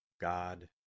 God